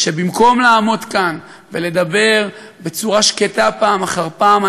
שבמקום לעמוד כאן ולדבר בצורה שקטה פעם אחר פעם,